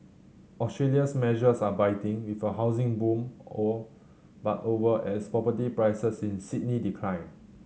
Australia's measures are biting with a housing boom all but over as property prices in Sydney decline